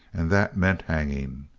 and that meant hanging.